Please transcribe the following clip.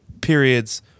Periods